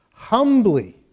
humbly